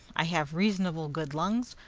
i have reasonable good lungs,